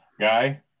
guy